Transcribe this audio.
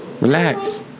Relax